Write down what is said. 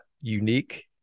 unique